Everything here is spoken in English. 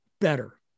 better